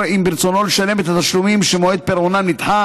אם ברצונו לשלם את התשלומים שמועד פירעונם נדחה